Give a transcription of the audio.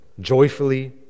joyfully